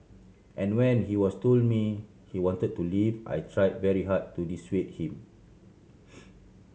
and when he was told me he wanted to leave I try very hard to dissuade him